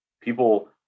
people